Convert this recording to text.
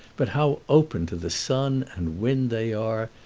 but how open to the sun and wind they are!